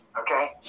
Okay